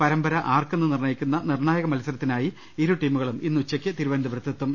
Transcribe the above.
പരമ്പര ആർക്കെന്ന് നിർണയിക്കുന്ന നിർണായക മത്സരത്തിനായി ഇരു ടീമുകളും ഇന്ന് ഉച്ചക്ക് തിരുവനന്തപുരത്തെത്തും